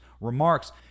remarks